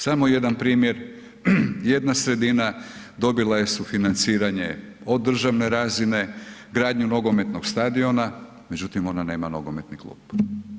Samo jedan primjer, jedna sredina dobila je sufinanciranje od državne razine, gradnju nogometnog stadiona, međutim ona nema nogometni klub.